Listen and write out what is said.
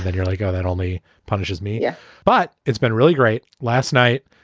then you're like, oh, that only punishes me. yeah but it's been really great. last night,